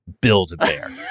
Build-A-Bear